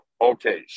Okay